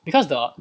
because the